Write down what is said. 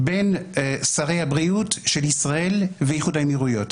בין שרי הבריאות של ישראל לאיחוד האמירויות.